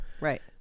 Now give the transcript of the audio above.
right